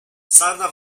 sarna